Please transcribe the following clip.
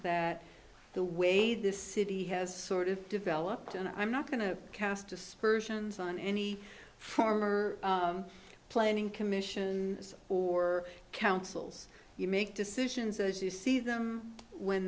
that the way this city has sort of developed and i'm not going to cast aspersions on any farmer planning commissions or councils you make decisions as you see them when